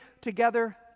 together